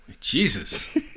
Jesus